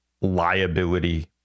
liability